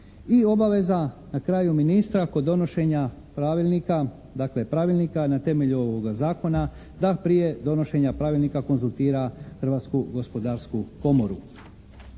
obaveza na kraju ministra, kod donošenja pravilnika, dakle pravilnika na temelju ovoga zakona, da prije donošenja pravilnika konzultira Hrvatsku gospodarsku komoru.